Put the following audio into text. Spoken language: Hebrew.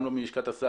גם לא מלשכת השר